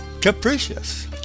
capricious